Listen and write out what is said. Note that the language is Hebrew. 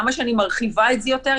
כמה שאני מרחיבה את זה יותר,